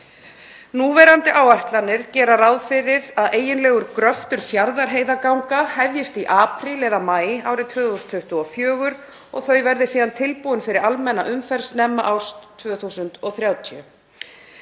Núverandi áætlanir gera ráð fyrir að eiginlegur gröftur Fjarðarheiðarganga hefjist í apríl eða maí árið 2024 og þau verði síðan tilbúin fyrir almenna umferð snemma árs 2030.